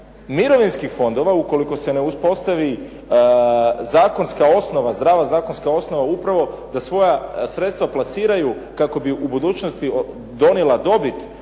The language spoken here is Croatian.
mirovinskih fondova, ukoliko se ne uspostavi zakonska osnova, zdrava zakonska osnova upravo da svoja sredstva plasiraju kako bi u budućnosti donijela dobit